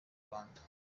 rwanda